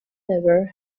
never